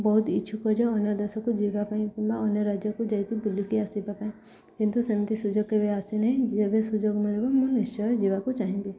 ବହୁତ ଇଚ୍ଛୁକ ଯେ ଅନ୍ୟ ଦେଶକୁ ଯିବା ପାଇଁ କିମ୍ବା ଅନ୍ୟ ରାଜ୍ୟକୁ ଯାଇକି ବୁଲିକି ଆସିବା ପାଇଁ କିନ୍ତୁ ସେମିତି ସୁଯୋଗ କେବେ ଆସିନାହିଁ ଯେ ଏବେ ସୁଯୋଗ ମିଳିବ ମୁଁ ନିଶ୍ଚୟ ଯିବାକୁ ଚାହିଁବି